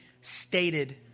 stated